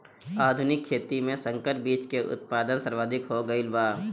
आधुनिक खेती में संकर बीज के उत्पादन सर्वाधिक हो गईल बा